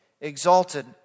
exalted